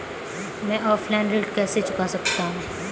मैं ऑफलाइन ऋण कैसे चुका सकता हूँ?